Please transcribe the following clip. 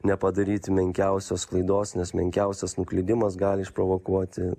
nepadaryti menkiausios klaidos nes menkiausias nuklydimas gali išprovokuoti